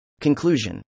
Conclusion